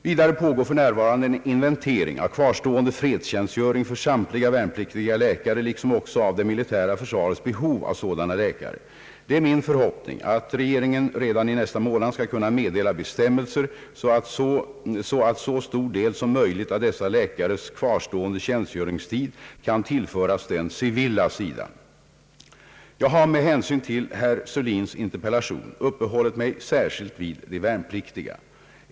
Vidare pågår f. n. en inventering av kvarstående fredstjänstgöring för samtliga värnpliktiga läkare liksom också av det militära försvarets behov av sådana läkare. Det är min förhoppning att regeringen redan i nästa månad skall kunna meddela bestämmelser så att så stor del som möjligt av dessa läkares kvarstående tjänstgöringstid kan tillföras den civila sidan. Jag har med hänsyn till herr Sörlins interpellation uppehållit mig särskilt vid de värnpliktiga.